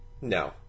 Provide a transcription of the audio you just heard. No